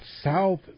South